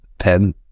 pen